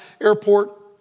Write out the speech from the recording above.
airport